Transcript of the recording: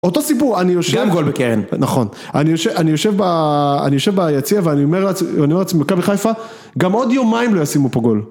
אותו סיפור, אני יושב... גם גול בקרן. נכון. אני יושב ביציע ואני אומר לעצמי, אני אומר לעצמי, כמה חיפה, גם עוד יומיים לא ישימו פה גול.